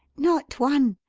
not one.